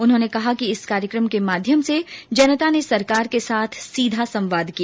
उन्होंने कहा कि इस कार्यक्रम के माध्यम से जनता ने सरकार के साथ सीधा संवाद किया